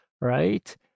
right